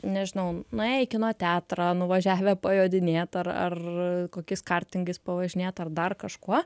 nežinau nuėję į kino teatrą nuvažiavę pajodinėt ar ar kokiais kartingais pavažinėt ar dar kažkuo